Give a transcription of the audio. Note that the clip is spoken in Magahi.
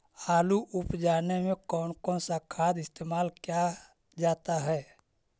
आलू उप जाने में कौन कौन सा खाद इस्तेमाल क्या जाता है?